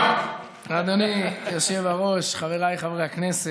אדוני היושב-ראש, חבריי חברי הכנסת,